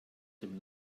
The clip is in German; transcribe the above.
dem